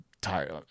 tired